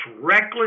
reckless